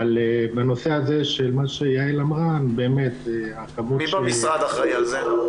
אבל בנושא הזה של מה שיעל אמרה --- מי במשרד אחראי על זה?